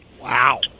Wow